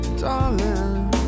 darling